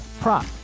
prop